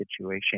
situation